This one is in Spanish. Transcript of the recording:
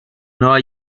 nueva